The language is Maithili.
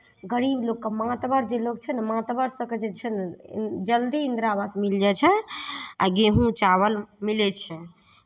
गरीब लोकके मातबर जे लोक छै ने मातबर सभके जे छै ने जल्दी इन्दिरा आवास मिल जाइ छै आ गेंहूँ चावल मिलै छै